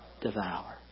Devour